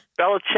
Belichick